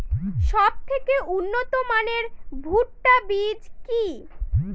সবথেকে উন্নত মানের ভুট্টা বীজ কি?